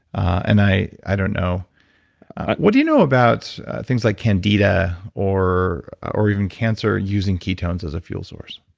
and i, i don't know what do you know about things like candida or or even cancer using ketones as a fuel source?